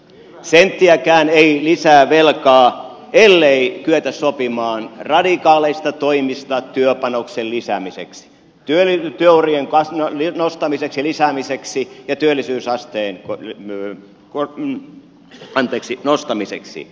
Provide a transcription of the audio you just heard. senttiäkään ei lisää velkaa ellei kyetä sopimaan radikaaleista toimista työpanoksen lisäämiseksi työurien nostamiseksi ja lisäämiseksi ja työllisyysasteen nostamiseksi